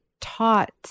taught